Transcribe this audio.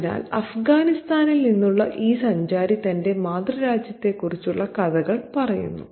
അതിനാൽ അഫ്ഗാനിസ്ഥാനിൽ നിന്നുള്ള ഈ സഞ്ചാരി തന്റെ മാതൃരാജ്യത്തെക്കുറിച്ചുള്ള കഥകൾ പറയുന്നു